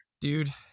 Dude